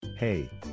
Hey